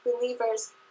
believers